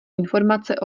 informace